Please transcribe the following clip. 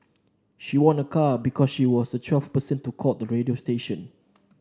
she won a car because she was the twelfth person to call the radio station